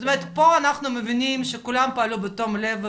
זאת אומרת פה אנחנו מבינים שכולם פעלו בתום לב,